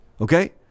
Okay